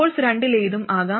source രണ്ടിലേതും ആകാം